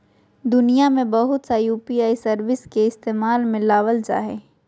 दुनिया में बहुत सा यू.पी.आई सर्विस के इस्तेमाल में लाबल जा हइ